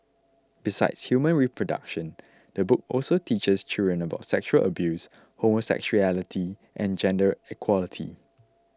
besides human reproduction the book also teaches children about sexual abuse homosexuality and gender equality